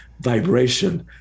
vibration